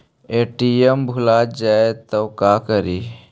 ATM भुला जाये त का करि?